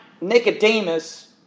Nicodemus